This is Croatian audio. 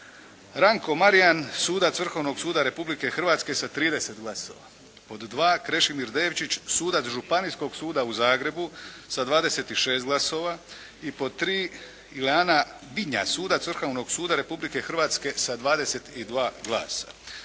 Ranko Marijan, sudac Ustavnog suda Republike Hrvatske sa 30 glasova. Pod 2. Krešimir Devčić, suda Županijskog suda u Zagrebu sa 26 glasova. I pod 3. Ileana Vinja, sudac Vrhovnog suda Republike Hrvatske sa 22 glasa.